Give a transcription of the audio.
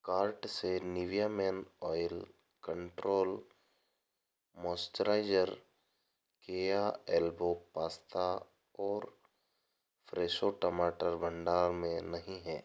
cart से Nivea men oil control moisturizer Keya elbow pasta और Fresho टमाटर भंडार में नहीं हैं